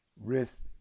risk